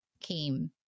came